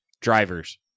drivers